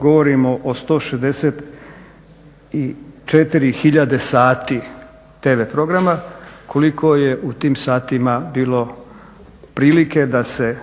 govorimo o 164 tisuće sati TV programa, koliko je u tim satima bilo prilike da se